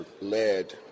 led